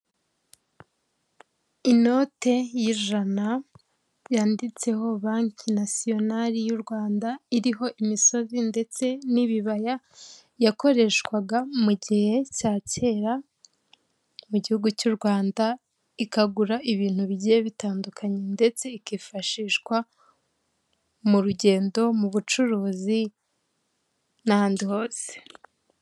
Inote y'ijana yanditseho banki nasiyonari y'u Rwanda, iriho imisozi ndetse n'ibibaya, yakoreshwaga mu gihe cya kera mu gihugu cy'u Rwanda, ikagura ibintu bigiye bitandukanye ndetse ikifashishwa mu rugendo mu bucuruzi n'ahandi hose.